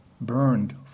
burned